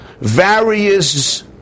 various